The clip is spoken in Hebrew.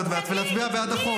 אל תענה לי, אני אגיד לך.